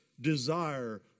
desire